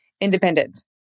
independent